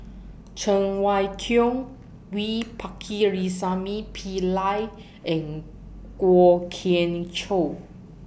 Cheng Wai Keung V Pakirisamy Pillai and Kwok Kian Chow